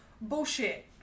Bullshit